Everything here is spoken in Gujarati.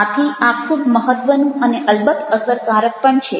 આથી આ ખૂબ મહત્ત્વનું અને અલબત્ત અસરકારક પણ છે